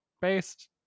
based